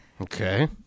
Okay